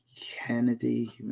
kennedy